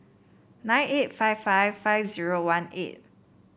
eight nine five five five zero one eight